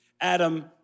Adam